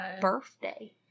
birthday